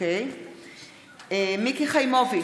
מיקי חיימוביץ'